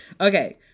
Okay